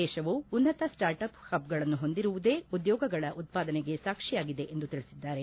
ದೇಶವು ಉನ್ನತ startups ಹಬ್ಗಳನ್ನು ಹೊಂದಿರುವುದೇ ಉದ್ಘೋಗಗಳ ಉತ್ವಾದನೆಗೆ ಸಾಕ್ಷಿಯಾಗಿದೆ ಎಂದು ತಿಳಿಸಿದ್ದಾರೆ